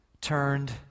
turned